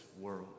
world